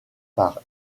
par